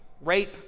rape